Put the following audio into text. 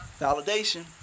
validation